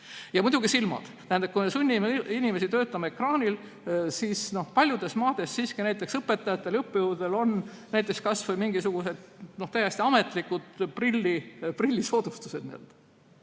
Muidugi, silmad. Tähendab, kui me sunnime inimesi töötama ekraani ees, siis paljudes maades siiski näiteks õpetajatel ja õppejõududel on kas või mingisugused täiesti ametlikud prillisoodustused, mida